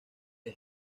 the